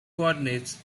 coordinates